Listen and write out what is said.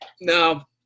Now